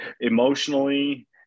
emotionally